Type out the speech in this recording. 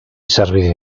sarbide